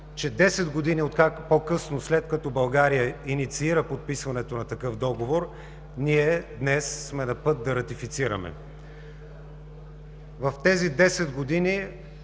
десет години по-късно, след като България инициира подписването на такъв договор, днес сме на път да ратифицираме. В тези десет години